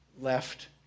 left